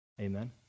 Amen